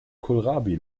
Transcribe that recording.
kohlrabi